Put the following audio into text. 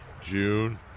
June